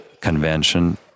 convention